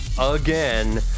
again